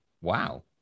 wow